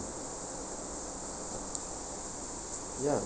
ya